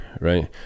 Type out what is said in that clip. right